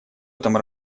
этом